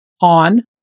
on